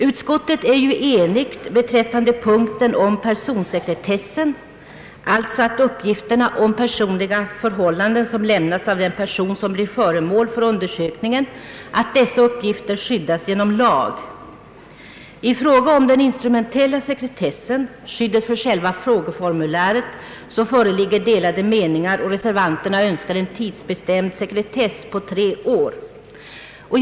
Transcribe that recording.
Utskottet är enigt beträffande punkten om personsekretessen, alltså att uppgifter om personliga förhållanden som lämnas av den person som blir föremål för undersökningen, skyddas genom lag. I fråga om den instrumen tella sekretessen, skyddet för själva frågeformuläret, föreligger delade meningar. Reservanterna önskar en tidsbestämd sekretess på högst tre år.